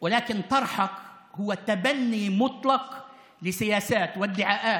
אבל הגישה שלך היא אימוץ מלא של המדיניות